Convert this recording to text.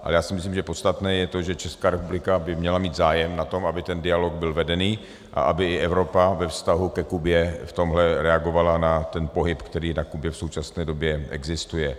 Ale já si myslím, že podstatné je to, že Česká republika by měla mít zájem na tom, aby ten dialog byl vedený a aby Evropa ve vztahu ke Kubě v tomhle reagovala na ten pohyb, který na Kubě v současné době existuje.